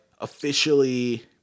officially